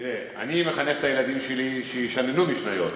תראה, אני מחנך את הילדים שלי שישננו משניות.